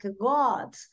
god